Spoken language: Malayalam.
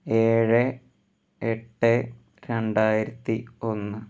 ഏഴ് എട്ട് രണ്ടായിരത്തി ഒന്ന്